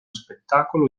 spettacolo